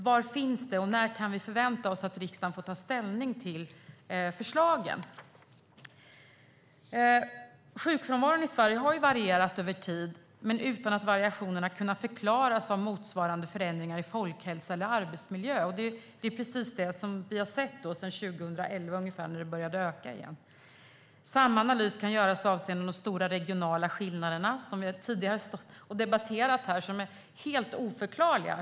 Var finns det, och när kan vi förvänta oss att riksdagen får ta ställning till förslagen? Sjukfrånvaron i Sverige har varierat över tid men utan att variationerna har kunnat förklaras av motsvarande förändringar i folkhälsa eller arbetsmiljö. Det är precis det vi har sett sedan 2011 när det började öka igen. Samma analys kan göras avseende de stora regionala skillnaderna som vi tidigare har stått och debatterat här och som är helt oförklarliga.